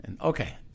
Okay